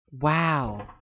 Wow